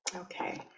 okay,